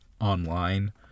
online